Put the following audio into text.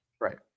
Right